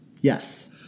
yes